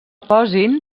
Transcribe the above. posin